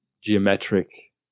geometric